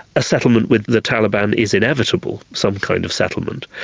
a settlement with the taliban is inevitable, some kind of settlement.